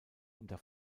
unter